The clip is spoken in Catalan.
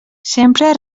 sempre